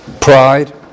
pride